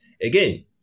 Again